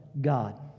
God